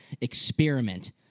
experiment